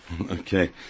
Okay